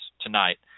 tonight